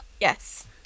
Yes